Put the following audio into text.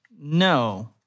No